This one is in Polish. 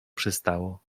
przystało